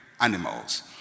animals